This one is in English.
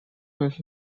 with